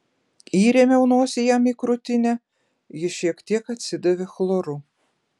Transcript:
įrėmiau nosį jam į krūtinę ji šiek tiek atsidavė chloru